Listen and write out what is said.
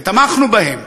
ותמכנו בהם.